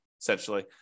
essentially